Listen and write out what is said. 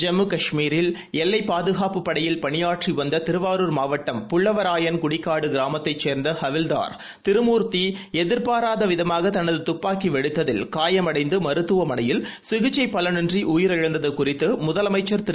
ஜம்முகாஷ்மீரில் எல்லைப் பாதுகாப்புப் படையில் பணியாற்றிவந்ததிருவாரூர் மாவட்டம் புள்ளவவராயன் குடிக்காடுகிராமத்தைச் சேர்ந்தஹவில்தார் திருமூர்த்திஎதிர்பாராதவிதமாகதனதுதுப்பாக்கிவெடித்ததில் காயமடைந்துமருத்துவமனையில் சிகிச்சைபலனின்றிஉயிரிழந்ததுகுறித்துமுதலமைச்சர் திரு